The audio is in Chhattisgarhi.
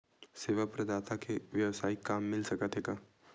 सेवा प्रदाता के वेवसायिक काम मिल सकत हे का?